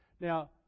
Now